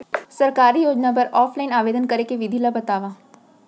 सरकारी योजना बर ऑफलाइन आवेदन करे के विधि ला बतावव